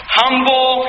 humble